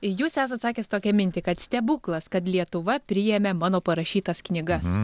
jūs esat sakęs tokią mintį kad stebuklas kad lietuva priėmė mano parašytas knygas